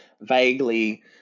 vaguely